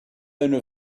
owner